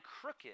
crooked